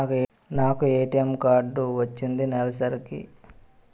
నాకు ATM card వచ్చింది నెలసరి ఛార్జీలు ఎంత కట్ అవ్తున్నాయి?